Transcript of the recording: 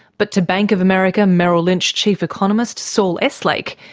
but to bank of america merrill lynch chief economist saul eslake,